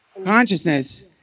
consciousness